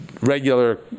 regular